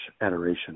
adoration